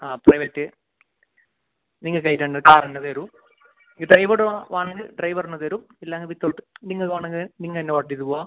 ആ പ്രൈവറ്റ് നിങ്ങൽക്ക് ആയിട്ടുണ്ട് കാറുണ്ട് തരും ഈ ഡ്രൈവറ് വേണമെങ്കിൽ ഡ്രൈവറിന് തരും ഇല്ലെങ്കിൽ വിതൗട്ട് നിങ്ങൾ വേണമെങ്കിൽ നിങ്ങൾ തന്നെ ഓട്ടിയിട്ട് പോവാം